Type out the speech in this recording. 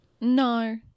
no